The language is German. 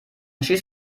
schieß